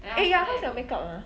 eh ya how's your makeup ah